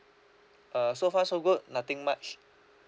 uh so far so good nothing much